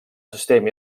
süsteemi